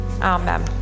Amen